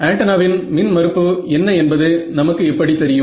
ஆண்டென்னாவின் மின் மறுப்பு என்ன என்பது நமக்கு எப்படி தெரியும்